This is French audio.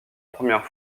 première